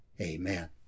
Amen